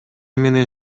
менен